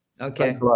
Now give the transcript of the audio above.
Okay